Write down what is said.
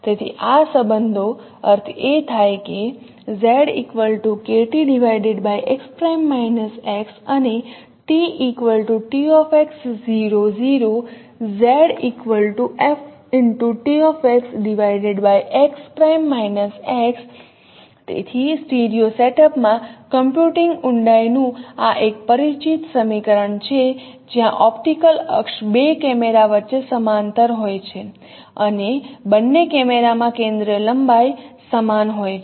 તેથી આ સંબંધો અર્થ એ થાય કે તેથી સ્ટીરિયો સેટઅપ માં કમ્પ્યુટિંગ ઊંડાઈ નું આ એક પરિચિત સમીકરણ છે જ્યાં ઓપ્ટિકલ અક્ષ બે કેમેરા વચ્ચે સમાંતર હોય છે અને બંને કેમેરામાં કેન્દ્રીય લંબાઈ સમાન હોય છે